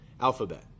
alphabet